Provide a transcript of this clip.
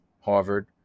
Harvard